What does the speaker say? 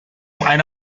eine